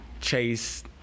chase